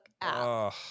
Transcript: app